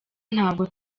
ntabwo